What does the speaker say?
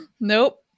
Nope